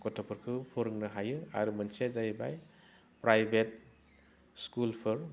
गथ'फोरखौ फोरोंनो हायो आरो मोनसेया जाहैबाय प्राइभेट स्कुलफोर